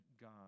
God